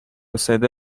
صدا